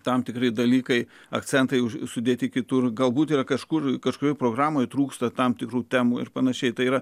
tam tikri dalykai akcentai sudėti kitur galbūt yra kažkur kažkur programoje trūksta tam tikrų temų ir pan tai yra